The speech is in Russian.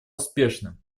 успешным